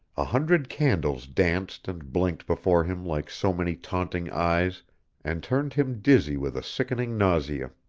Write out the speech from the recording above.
a hundred candles danced and blinked before him like so many taunting eyes and turned him dizzy with a sickening nausea.